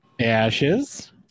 Ashes